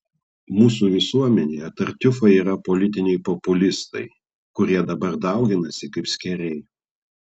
mūsų visuomenėje tartiufai yra politiniai populistai kurie dabar dauginasi kaip skėriai